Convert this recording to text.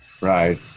Right